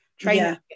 Training